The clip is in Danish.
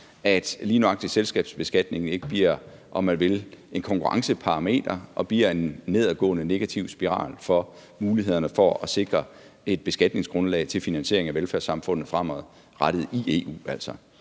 at lige nøjagtig selskabsbeskatningen ikke bliver en, om man vil, konkurrenceparameter og bliver en nedadgående spiral i forhold til mulighederne for at sikre beskatningsgrundlaget til finansiering af velfærdssamfundet fremadrettet,